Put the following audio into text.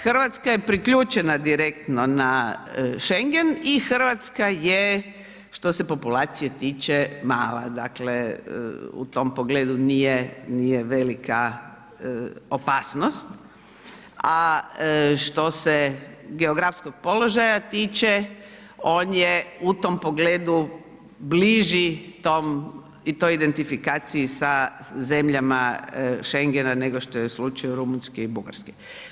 Hrvatska je priključena direktno na Schengen i Hrvatska je što se populacije tiče, mala, dakle u tom pogledu nije velika opasnost, a što se geografskog položaja tiče, on je u tom pogledu bliži tom i toj identifikaciji sa zemljama Schengena nego što je u slučaju Rumunjske i Bugarske.